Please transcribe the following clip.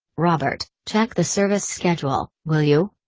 robert, check the service schedule, will you?